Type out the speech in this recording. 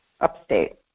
upstate